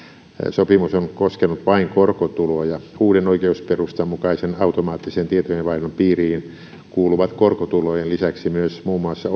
sopimus on koskenut vain korkotuloa ja uuden oikeusperustan mukaisen automaattisen tietojenvaihdon piiriin kuuluvat korkotulojen lisäksi myös muun muassa